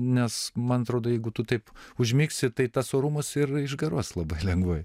nes man atrodo jeigu tu taip užmigsi tai tas orumas ir išgaruos labai lengvai